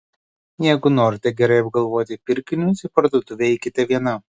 jeigu norite gerai apgalvoti pirkinius į parduotuvę eikite viena